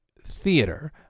theater